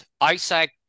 Isaac